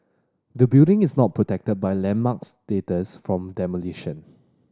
the building is not protected by landmark status from demolition